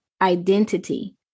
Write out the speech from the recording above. identity